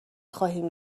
خواهیم